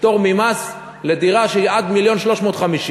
פטור ממס לדירה שהיא עד מיליון ו-350,000,